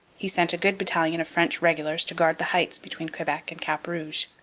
he sent a good battalion of french regulars to guard the heights between quebec and cap rouge,